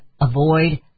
avoid